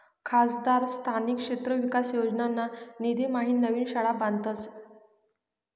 खासदार स्थानिक क्षेत्र विकास योजनाना निधीम्हाईन नवीन शाळा बांधतस